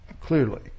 clearly